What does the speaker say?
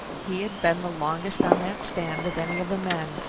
he had been the longest on that stand of any of the men,